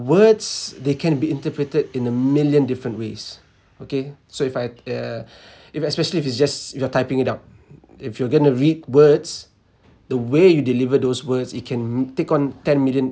words they can be interpreted in a million different ways okay so if I yeah if especially if it's just you're typing it up if you were going to read words the way you deliver those words it can take on ten million